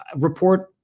report